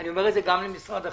אני אומר גם למשרד החינוך,